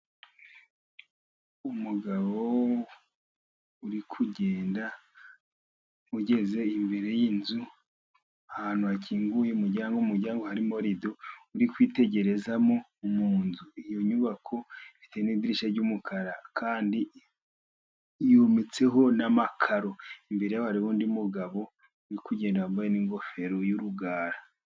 Umugabo uri kugenda ageze imbere y'inzu ahantu hakinguye umuryango, mu muryango harimo rido uri kwitegereza mu nzu. Iyo nyubako ifite n'idirishya ry'umukara kandi yometseho n'amakaro, imbere hari undi mugabo uri kugenda yambaye n'ingofero y'urugara.